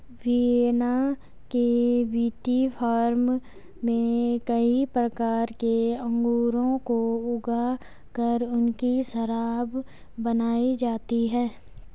Vienna के विटीफार्म में कई प्रकार के अंगूरों को ऊगा कर उनकी शराब बनाई जाती है